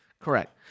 Correct